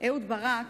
אהוד ברק,